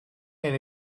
had